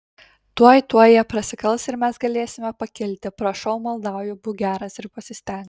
tuoj tuoj jie prasikals ir mes galėsime pakilti prašau maldauju būk geras ir pasistenk